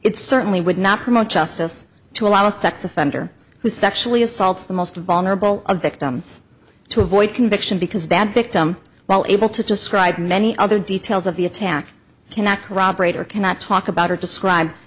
it certainly would not promote justice to allow a sex offender who sexually assaults the most vulnerable of victims to avoid conviction because bad victim while able to describe many other details of the attack cannot corroborate or cannot talk about or describe